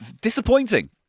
disappointing